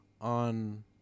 on